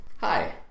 Hi